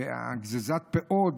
גזיזת פאות,